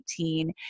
2018